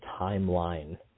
timeline